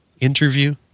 interview